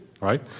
right